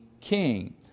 king